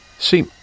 See